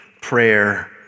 prayer